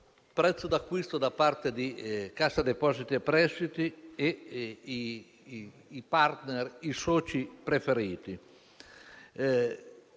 prezzo d'acquisto da parte di Cassa depositi e prestiti e i *partner*, i soci preferiti.